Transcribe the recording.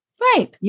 Right